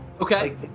Okay